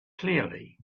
clearly